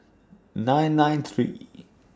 nine nine three